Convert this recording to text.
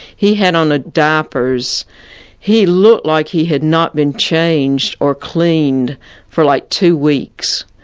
he had on ah diapers, he looked like he had not been changed or cleaned for like two weeks.